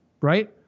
right